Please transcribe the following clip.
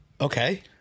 Okay